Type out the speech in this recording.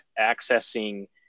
accessing